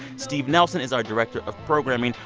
steve nelson is our director of programming.